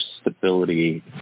stability